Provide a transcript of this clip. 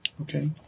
Okay